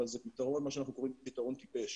אבל זה פתרון שאנחנו קוראים "פתרון טיפש".